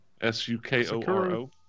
S-U-K-O-R-O